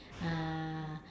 uh